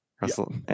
Russell